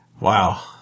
Wow